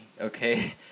okay